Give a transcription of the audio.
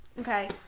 Okay